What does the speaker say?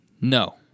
No